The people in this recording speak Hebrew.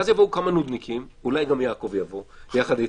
ואז יבואו כמה נודניקים אולי גם יעקב יבוא יחד איתי,